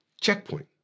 checkpoint